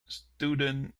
student